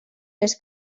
les